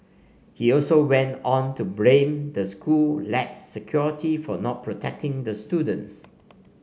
he also went on to blame the school lax security for not protecting the students